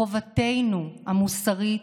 חובתנו המוסרית,